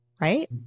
Right